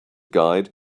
guide